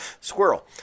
squirrel